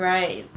right